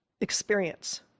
experience